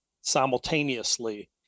simultaneously